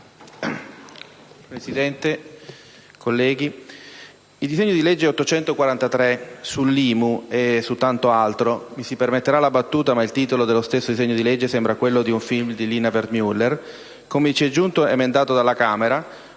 Presidente, colleghi, il disegno di legge n. 843 sull'IMU e su tanto altro (mi si permetterà la battuta: il titolo dello stesso disegno di legge sembra quello di un film di Lina Wertmüller), come ci è giunto emendato dalla Camera,